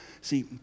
See